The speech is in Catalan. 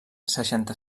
seixanta